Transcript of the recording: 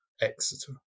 Exeter